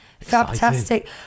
Fantastic